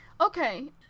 Okay